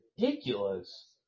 ridiculous